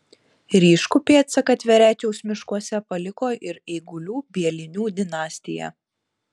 ryškų pėdsaką tverečiaus miškuose paliko ir eigulių bielinių dinastija